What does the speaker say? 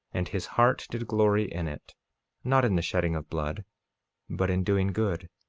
and his heart did glory in it not in the shedding of blood but in doing good,